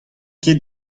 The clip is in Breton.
ket